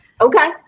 Okay